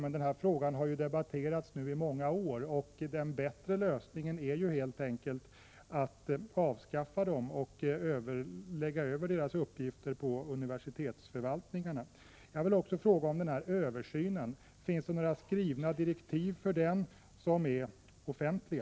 Men den här frågan har ju debatterats i många år, och den ”bättre” lösningen är helt enkelt att avskaffa regionstyrelserna och lägga över deras uppgifter på universitetsförvaltningarna. En annan följdfråga gäller den aviserade översynen. Finns det några skrivna direktiv för den som är offentliga?